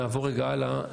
(שקף: צוות שוק שחור בתחום הפיננסי).